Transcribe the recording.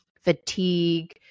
fatigue